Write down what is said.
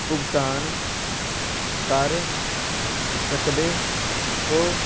ਭੁਗਤਾਨ ਕਰ ਸਕਦੇ ਹੋ